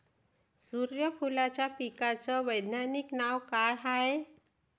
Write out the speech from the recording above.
सुर्यफूलाच्या पिकाचं वैज्ञानिक नाव काय हाये?